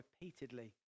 repeatedly